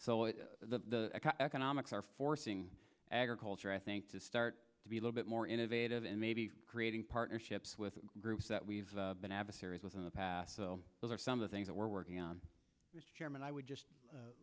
it's the economics are forcing agriculture i think to start to be a little bit more innovative and maybe creating partnerships with groups that we've been abas areas with in the past so those are some of the things that we're working on and i would just